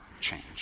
change